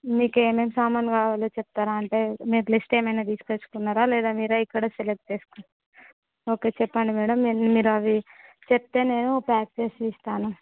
మీకు ఏమేమి సామాన్లు కావాలో చెప్తారా అంటే మీరు లిస్ట్ ఏమైనా తీసి తెచ్చుకున్నారా లేదా ఇక్కడే సెలక్ట్ చేసుకుంటారా ఓకే చెప్పండి మ్యాడమ్ మీరు అది చెప్తే నేను ప్యాక్ చేసి ఇస్తాను